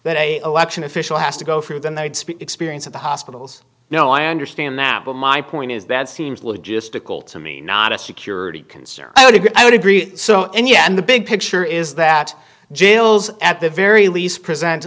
that a election official has to go through than they'd spit experience at the hospitals no i understand that but my point is that seems logistical to me not a security concern i would agree i would agree so and yes and the big picture is that jails at the very least present